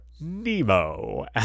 NEMO